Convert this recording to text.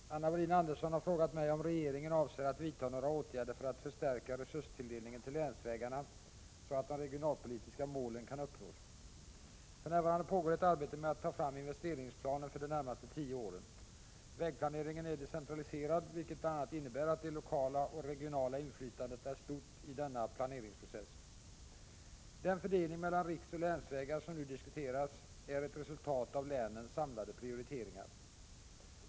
Herr talman! Anna Wohlin-Andersson har frågat mig om regeringen avser att vidta några åtgärder för att förstärka resurstilldelningen till länsvägarna, så att de regionalpolitiska målen kan uppnås. För närvarande pågår ett arbete med att ta fram investeringsplaner för de närmaste tio åren. Vägplaneringen är decentraliserad, vilket bl.a. innebär att det lokala och regionala inflytandet är stort i denna planeringsprocess. Den fördelning mellan riksoch länsvägar som nu diskuteras är ett resultat av länens samlade prioriteringar.